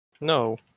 No